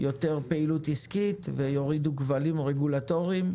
יותר פעילות עסקית וכך יורידו כבלים רגולטוריים,